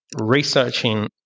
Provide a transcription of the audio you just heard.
researching